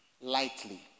lightly